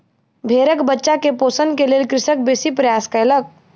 भेड़क बच्चा के पोषण के लेल कृषक बेसी प्रयास कयलक